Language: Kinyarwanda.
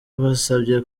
basabye